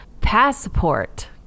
passport